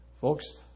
Folks